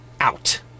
out